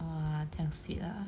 !wah! 这样 sweet ah